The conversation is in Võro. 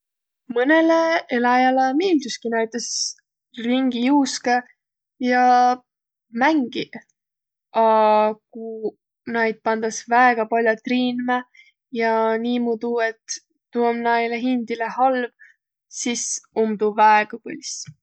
Mõnõlõ eläjäle miildüski näütüses ringi juuskõq ja mängiq. A kuq naid pandas väega pall'o triin'mä ja niimuudu, et tuu om näile hindile halv, sis om tuu väega võlss.